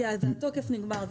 כי התוקף נגמר.